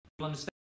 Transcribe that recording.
understand